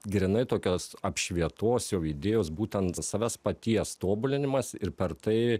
grynai tokios apšvietos jau idėjos būtent savęs paties tobulinimas ir per tai